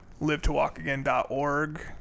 LiveToWalkAgain.org